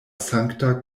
sankta